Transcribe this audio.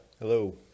hello